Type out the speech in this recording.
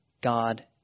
God